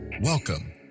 Welcome